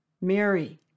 Mary